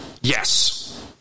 yes